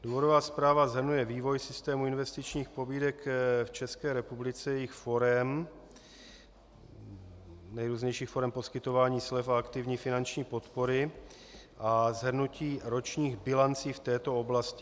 Důvodová zpráva shrnuje vývoj systému investičních pobídek v České republice, jejich forem, nejrůznějších forem poskytování slev a aktivní finanční podpory a shrnutí ročních bilancí v této oblasti.